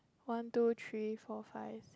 one two three four five